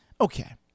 Okay